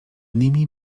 nimi